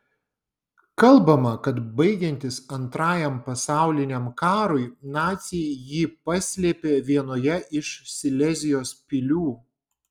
kalbama kad baigiantis antrajam pasauliniam karui naciai jį paslėpė vienoje iš silezijos pilių